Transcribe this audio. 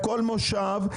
לכל מושב,